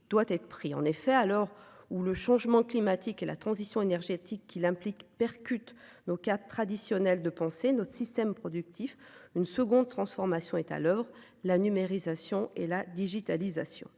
doit être pris en effet alors ou le changement climatique et la transition énergétique qu'il implique percute nos 4 traditionnel de penser notre système productif une seconde transformation est à l'oeuvre la numérisation et la digitalisation